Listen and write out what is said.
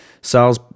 sales